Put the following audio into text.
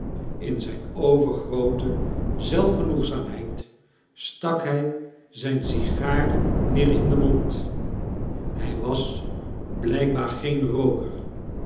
in zijn overgroote zelfgenoegzaamheid stak hij zijn sigaar weer in den mond hij was blijkbaar geen rooker